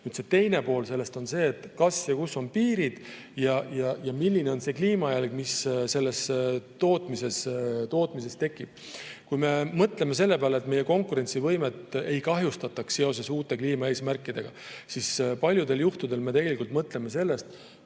oluline. Teine pool sellest on see, kas ja kus on piirid ning milline on see kliimajälg, mis selles tootmises tekib. Kui me mõtleme selle peale, et meie konkurentsivõimet ei kahjustataks seoses uute kliimaeesmärkidega, siis paljudel juhtudel me tegelikult mõtleme sellest,